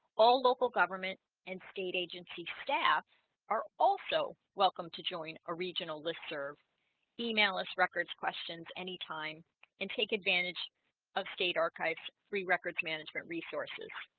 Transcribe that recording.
all local government and state agency staff are also welcome to join a regional listserv email us records questions any time and take advantage of state archives free records management resources